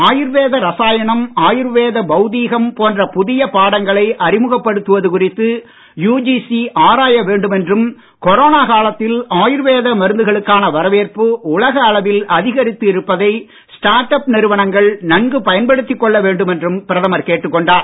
ஆயுர்வேத ரசாயனம் ஆயுர்வேத பௌதீகம் போன்ற புதிய பாடங்களை அறிமுகப்படுத்துவது குறித்து யுஜிசி ஆராய வேண்டும் என்றும் கொரோனா காலத்தில் ஆயுர்வேத மருந்துகளுக்கான வரவேற்பு உலக அளவில் அதிகரித்து இருப்பதை ஸ்டார்ட் அப் நிறுவனங்கள் நன்கு பயன்படுத்திக் கொள்ள வேண்டும் என்றும் பிரதமர் கேட்டுக் கொண்டார்